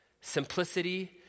Simplicity